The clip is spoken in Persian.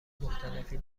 مختلفی